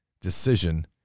decision